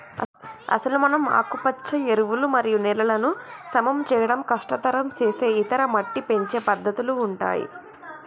అసలు మనం ఆకుపచ్చ ఎరువులు మరియు నేలలను సమం చేయడం కష్టతరం సేసే ఇతర మట్టి పెంచే పద్దతుల ఉంటాయి